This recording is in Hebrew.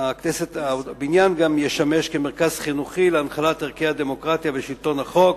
והבניין גם ישמש מרכז חינוכי להנחלת ערכי הדמוקרטיה ושלטון החוק.